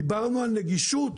דיברנו על נגישות,